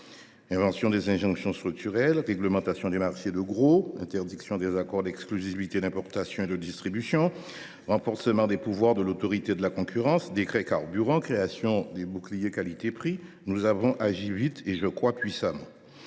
Invention des injonctions structurelles, réglementation des marchés de gros, interdiction des accords d’exclusivité d’importation et de distribution, renforcement des pouvoirs de l’Autorité de la concurrence, décrets sur les carburants, création du bouclier qualité prix (BQP) : nous avons alors agi vite et, je crois, puissamment.